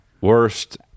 worst